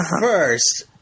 first